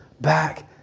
back